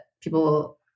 people